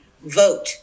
vote